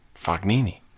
Fognini